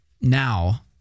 now